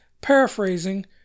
paraphrasing